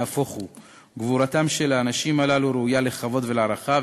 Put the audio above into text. נהפוך הוא: גבורתם של האנשים הללו ראויה לכבוד ולהערכה,